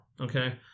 Okay